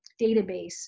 database